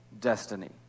destiny